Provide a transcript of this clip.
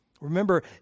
Remember